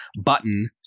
button